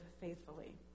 faithfully